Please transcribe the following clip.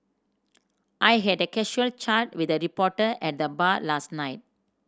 I had a casual chat with a reporter at the bar last night